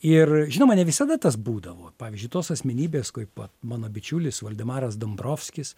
ir žinoma ne visada tas būdavo pavyzdžiui tos asmenybės kaip vat mano bičiulis valdemaras dombrovskis